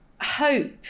hope